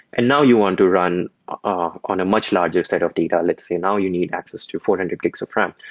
and now you want to run on a much larger set of data. let's say now you need access to four hundred gigs of ram.